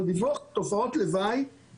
אבל דיווח על תופעות לוואי,